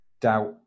doubt